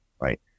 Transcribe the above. right